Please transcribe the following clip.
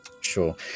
Sure